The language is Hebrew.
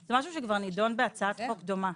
זה נדון בהצעת חוק דומה.